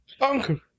Uncle